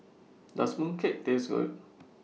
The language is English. Does Mooncake Taste Good